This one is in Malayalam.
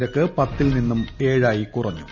നിരക്ക് പത്തിൽ നിന്നും ഏഴായി കുറഞ്ഞു